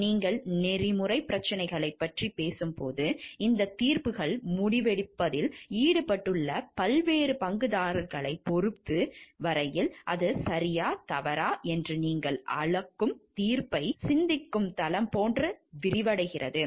நீங்கள் நெறிமுறைப் பிரச்சினைகளைப் பற்றிப் பேசும்போது இந்தத் தீர்ப்புகள் முடிவெடுப்பதில் ஈடுபட்டுள்ள பல்வேறு பங்குதாரர்களைப் பொறுத்த வரையில் அது சரியா தவறா என்று நீங்கள் அளிக்கும் தீர்ப்பை சிந்திக்கும் தளம் போன்ற விரிவடைகிறது